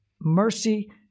Mercy